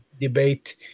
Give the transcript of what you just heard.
debate